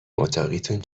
اتاقیتون